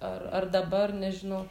ar ar dabar nežinau